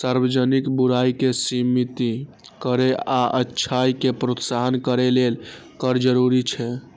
सार्वजनिक बुराइ कें सीमित करै आ अच्छाइ कें प्रोत्साहित करै लेल कर जरूरी छै